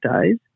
days